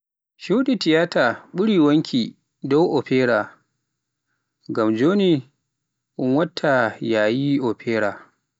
shuɗi tiyaata ɓuri wonki, dow Opera, ngam joni un watta yayi opera.